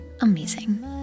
amazing